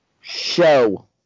show